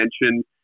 mention